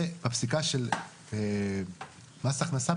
ובפסיקה של מס הכנסה,